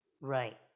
Right